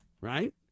Right